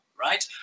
right